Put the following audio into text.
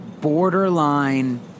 borderline